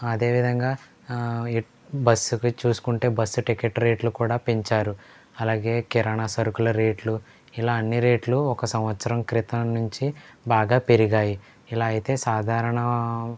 అదేవిధంగా బస్సుది చూసుకుంటే బస్సు టికెట్ రేట్లు కూడా పెంచారు అలాగే కిరాణా సరుకుల రేట్లు ఇలా అన్ని రేట్లు ఒక సంవత్సరం క్రితం నుంచి బాగా పెరిగాయి ఇలా అయితే సాధారణ